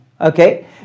okay